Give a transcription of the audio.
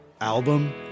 album